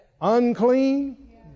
Unclean